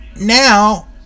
now